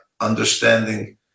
understanding